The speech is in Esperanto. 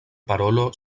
parolo